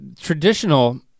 traditional